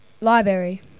library